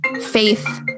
faith